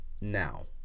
now